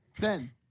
Ben